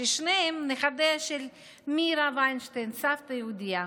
ששניהם נכדיה של מירה ויינשטיין, סבתא יהודייה?